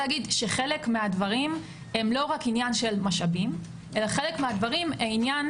להגיד שחלק מהדברים הם לא רק עניין של משאבים אלא הם עניין